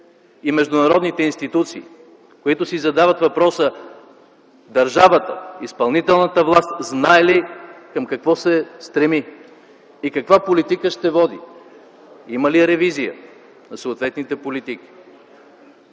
и международните институции, които си задават въпроса: държавата, изпълнителната власт знае ли към какво се стреми и каква политика ще води, има ли ревизии на съответните политики?